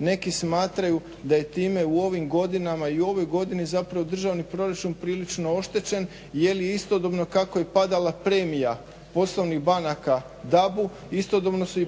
neki smatraju da je time u ovim godinama i u ovoj godini državni proračun prilično oštećen jel istodobno kako je padala premija poslovnih banaka DAB-u istodobno su